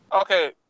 Okay